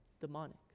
demonic